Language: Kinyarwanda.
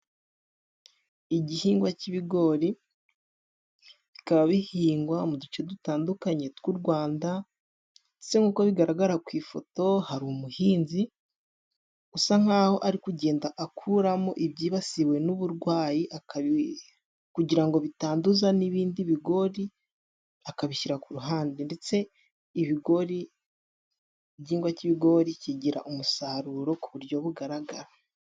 Igihingwa cy'ibigori .Bikaba bihingwa mu duce dutandukanye tw'u Rwanda .Ndetse nk'uko bigaragara ku ifoto hari umuhinzi usa nkaho' ari kugenda akuramo ibyibasiwe n'uburwayi kugira bitanduza n'ibindi bigori akabishyira ku ruhande, ndetse ibigori igihingwa cy'ibigori kigira umusaruro ku buryo bugaragara.